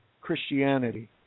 Christianity